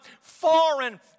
foreign